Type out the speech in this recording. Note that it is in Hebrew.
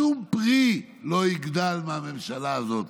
שום פרי לא גדל מהממשלה הזאת,